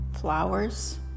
flowers